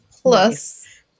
plus